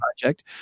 project